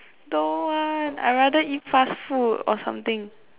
don't want I rather eat fast food or something